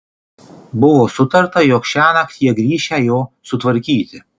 buvo sutarta jog šiąnakt jie grįšią jo sutvarkyti